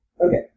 Okay